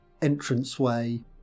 entranceway